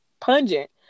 pungent